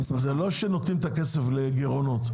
לא שנותנים את הכסף לגירעונות,